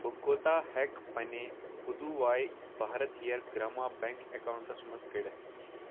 بہٕ کوٗتاہ ہٮ۪کہٕ پنٛنہِ پُدُواے بھارتیر گرٛاما بٮ۪نٛک اٮ۪کاونٹَس منٛز کٔڑِتھ